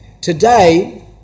Today